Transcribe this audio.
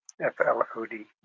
F-L-O-D